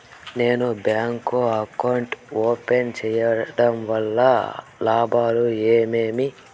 నేను bank account open సేయడం వల్ల లాభాలు ఏమేమి?